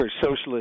socialist